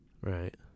Right